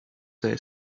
their